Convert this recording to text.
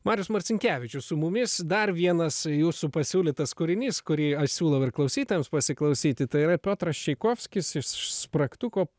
marius marcinkevičius su mumis dar vienas jūsų pasiūlytas kūrinys kurį aš siūlau ir klausytojams pasiklausyti tai yra piotras čaikovskis iš spragtuko